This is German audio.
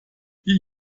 die